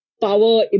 power